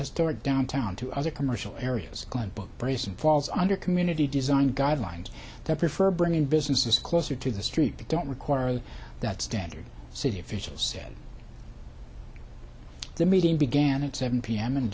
historic downtown to other commercial areas book brazen falls under community design guidelines that prefer bringing businesses closer to the street that don't require that standard city officials said the meeting began at seven p